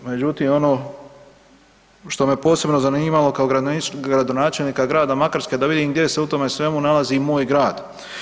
Međutim, ono što me posebno zanimalo kao gradonačelnika grada Makarske da vidim gdje se u tome svemu nalazi moj grad.